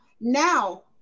now